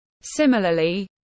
Similarly